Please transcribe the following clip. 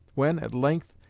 when, at length,